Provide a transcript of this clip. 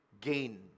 gain